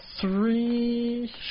three